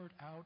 out